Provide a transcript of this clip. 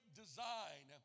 design